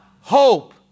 Hope